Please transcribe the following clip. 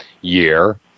year